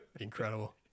Incredible